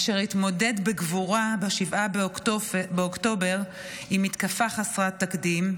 אשר התמודד בגבורה ב-7 באוקטובר עם מתקפה חסרת תקדים,